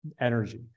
energy